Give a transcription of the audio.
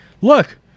look